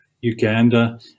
uganda